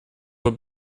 were